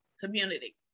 community